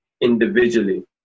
individually